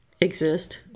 exist